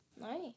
Nice